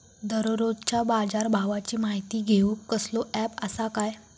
दररोजच्या बाजारभावाची माहिती घेऊक कसलो अँप आसा काय?